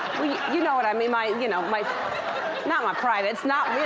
you know what i mean. my, you know, my not my privates, not, you